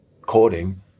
coding